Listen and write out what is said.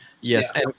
Yes